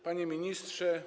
Panie Ministrze!